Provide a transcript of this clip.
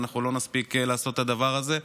ואנחנו לא נספיק לעשות את הדבר הזה.